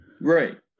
Right